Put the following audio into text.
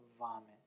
Vomit